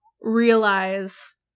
realize